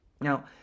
Now